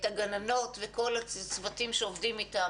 את הגננות ואת כל הצוותים שעובדים איתם,